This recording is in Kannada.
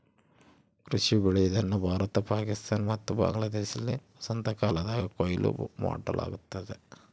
ಕೃಷಿ ಬೆಳೆ ಇದನ್ನು ಭಾರತ ಪಾಕಿಸ್ತಾನ ಮತ್ತು ಬಾಂಗ್ಲಾದೇಶದಲ್ಲಿ ವಸಂತಕಾಲದಾಗ ಕೊಯ್ಲು ಮಾಡಲಾಗ್ತತೆ